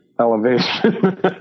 elevation